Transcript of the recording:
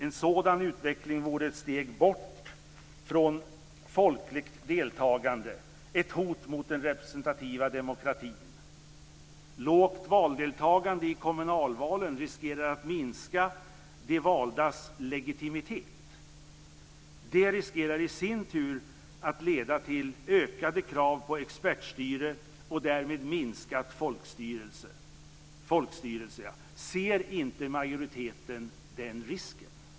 En sådan utveckling vore ett steg bort från folkligt deltagande, ett hot mot den representativa demokratin. Lågt valdeltagande i kommunalvalen riskerar att minska de valdas legitimitet. Detta riskerar i sin tur att leda till ökade krav på expertstyre och därmed minskat folkstyre. Ser inte majoriteten den risken?